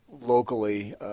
locally